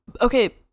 Okay